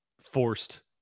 forced